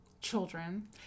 children